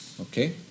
Okay